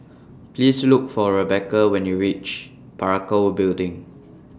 Please Look For Rebecca when YOU REACH Parakou Building